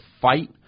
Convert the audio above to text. fight